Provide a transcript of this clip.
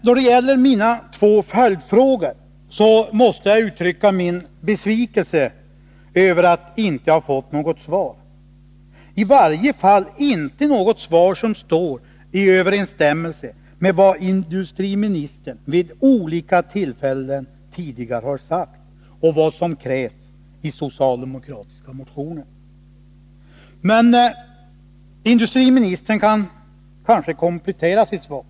Då det gäller mina två följdfrågor måste jag uttrycka min besvikelse över att inte ha fått något svar, i varje fall inte något svar som står i överensstämmelse med vad industriministern vid olika tillfällen tidigare har sagt och vad som krävts i socialdemokratiska motioner. Men industriministern kan kanske komplettera sitt svar.